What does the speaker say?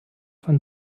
von